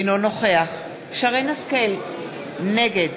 אינו נוכח שרן השכל, נגד